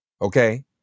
Okay